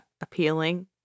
appealing